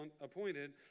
appointed